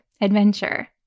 adventure